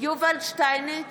יובל שטייניץ,